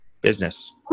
business